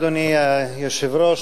אדוני היושב-ראש,